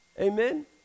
Amen